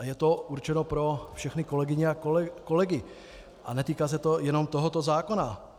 A je to určeno pro všechny kolegyně a kolegy a netýká se to jenom tohoto zákona.